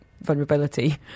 vulnerability